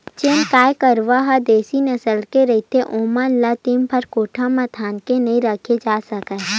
जेन गाय गरूवा ह देसी नसल के रहिथे ओमन ल दिनभर कोठा म धांध के नइ राखे जा सकय